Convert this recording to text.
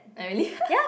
ah really